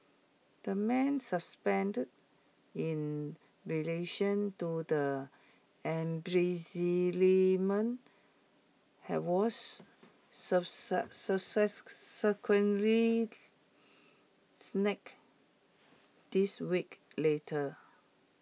the man suspended in relation to the embezzlement have was snack this weeks later